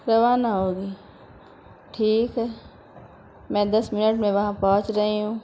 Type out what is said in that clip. روانہ ہوگی ٹھیک ہے میں دس منٹ میں وہاں پہنچ رہی ہوں